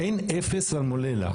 אין 0 סלמונלה.